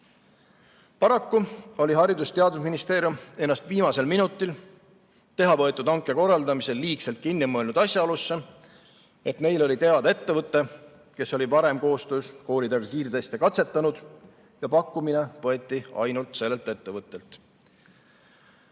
oli Haridus‑ ja Teadusministeerium ennast viimasel minutil teha võetud hanke korraldamisel liigselt kinni mõelnud asjaolusse, et neile oli teada ettevõte, kes oli varem koostöös koolidega kiirteste katsetanud, ja pakkumine võeti ainult sellelt ettevõttelt.